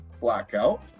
blackout